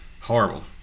Horrible